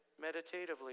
meditatively